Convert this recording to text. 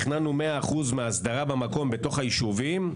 בתוך היישובים: